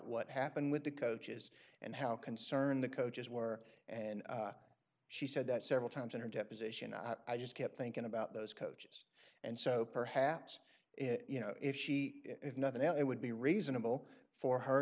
what happened with the coaches and how concerned the coaches were and she said that several times in her deposition i just kept thinking about those coaches and so perhaps you know if she if nothing else it would be reasonable for her